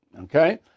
okay